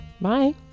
Bye